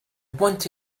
want